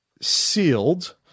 sealed